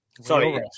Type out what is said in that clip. Sorry